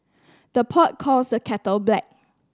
the pot calls the kettle black